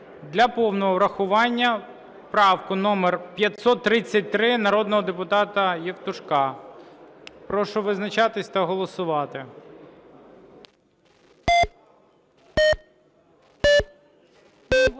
для повного врахування правку номер 533 народного депутата Євтушка. Прошу визначатись та голосувати.